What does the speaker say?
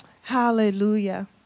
Hallelujah